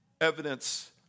evidence